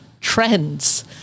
trends